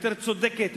יותר צודקת,